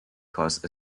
caused